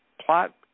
plot